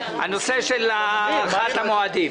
לנושא של הארכת המועדים.